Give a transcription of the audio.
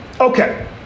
Okay